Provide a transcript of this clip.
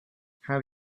have